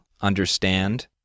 understand